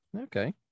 okay